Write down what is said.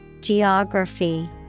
Geography